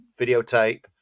videotape